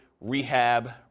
rehab